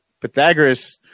Pythagoras